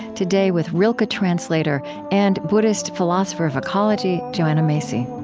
today, with rilke translator and buddhist philosopher of ecology joanna macy